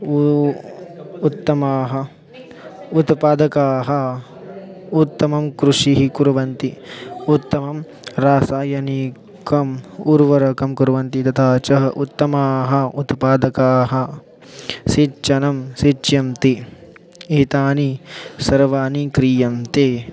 ऊ उत्तमाः उत्पादकाः उत्तमं कृषिं कुर्वन्ति उत्तमं रासायनिकम् उर्वरकं कुर्वन्ति तथा च उत्तमाः उत्पादकाः सीच्चनं सीच्यन्ति एतानि सर्वाणि क्रियन्ते